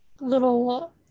little